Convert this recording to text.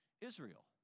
Israel